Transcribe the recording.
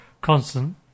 constant